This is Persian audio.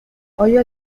آیا